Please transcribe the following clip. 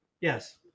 Yes